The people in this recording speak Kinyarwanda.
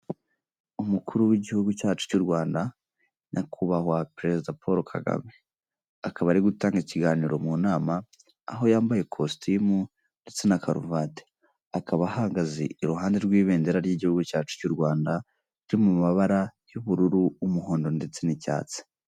Umukuru w'igihugu cyacu cy'u Rwanda Nyakubahwa Perezida Paul Kagame, akaba ari gutanga ikiganiro mu nama, aho yambaye kositimu ndetse na karuvati, akaba ahagaze iruhande rw'ibendera ry'igihugu cyacu cy'u Rwanda cyo mu mabara y'ubururu, umuhondo ndetse n'icyatsi.